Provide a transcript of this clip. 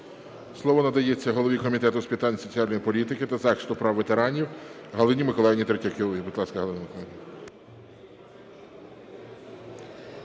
Слово надається голові Комітету з питань соціальної політики та захисту прав ветеранів Галині Миколаївні Третьяковій.